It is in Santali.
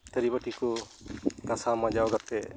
ᱛᱷᱟᱹᱨᱤ ᱵᱟᱹᱴᱤ ᱠᱚ ᱜᱟᱥᱟᱣ ᱢᱟᱡᱟᱣ ᱠᱟᱛᱮ